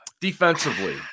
Defensively